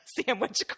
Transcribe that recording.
Sandwich